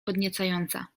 podniecająca